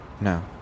No